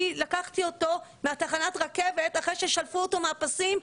לקחתי אותו מתחנת הרכבת אחרי ששלפו אותו מהפסים?